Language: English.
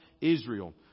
Israel